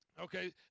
Okay